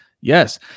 Yes